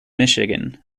michigan